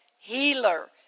Healer